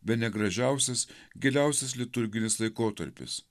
bene gražiausias giliausias liturginis laikotarpis